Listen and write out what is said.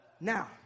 Now